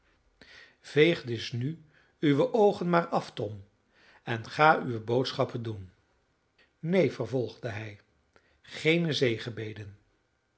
veeg dus nu uwe oogen maar af tom en ga uwe boodschappen doen neen vervolgde hij